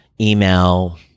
Email